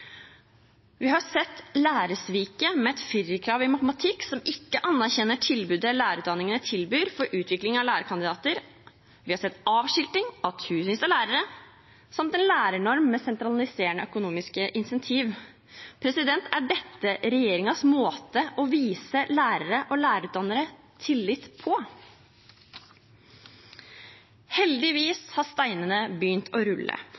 Vi har sett lærersviket, med et firerkrav i matematikk som ikke anerkjenner tilbudet lærerutdanningene tilbyr for utvikling av lærerkandidater. Vi har sett avskilting av tusenvis av lærere samt en lærernorm med sentraliserende økonomiske incentiv. Er dette regjeringens måte å vise lærere og lærerutdannere tillit på? Heldigvis har steinene begynt å rulle.